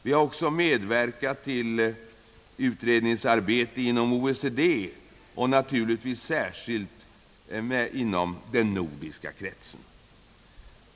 Vi har också medverkat till utredningsarbete i OECD och naturligtvis särskilt inom den nordiska kretsen.